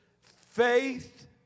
faith